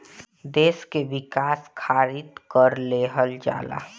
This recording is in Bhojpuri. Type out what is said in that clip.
देस के विकास खारित कर लेहल जाला